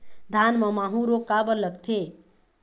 धान म माहू रोग काबर लगथे?